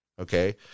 Okay